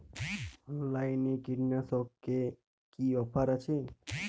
অনলাইনে কীটনাশকে কি অফার আছে?